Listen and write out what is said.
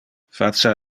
face